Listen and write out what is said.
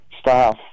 staff